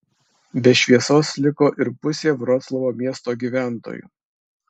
be šviesos liko ir pusė vroclavo miesto gyventojų